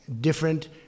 different